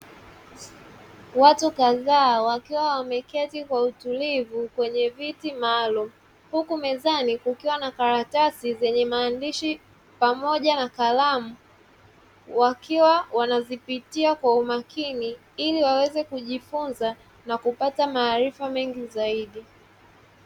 Watu kadhaa wakiwa wameketi kwa utulivu kwenye viti maalumu, huku mezani kukiwa na makaratasi yenye maandishi pamoja na kalamu; wakiwa wanazipitia kwa umakini ili waweze kujifunza na kupata maarifa mengi zaidi.